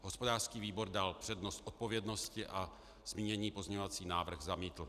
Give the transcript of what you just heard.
Hospodářský výbor dal přednost odpovědnosti a zmíněný pozměňovací návrh zamítl.